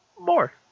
more